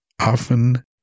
often